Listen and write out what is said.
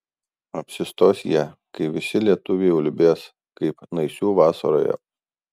apsistos jie kai visi lietuviai ulbės kaip naisių vasaroje